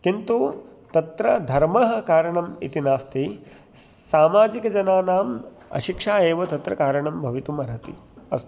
किन्तु तत्र धर्मः कारणम् इति नास्ति सामाजिकजनानाम् अशिक्षा एव तत्र कारणं भवितुम् अर्हति अस्तु